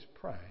pray